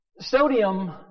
Sodium